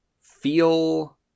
feel